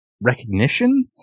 recognition